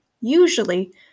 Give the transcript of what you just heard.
usually